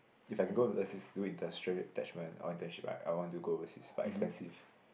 if I can go overseas do intern attachment or internship right I want to go overseas but expensive